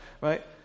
right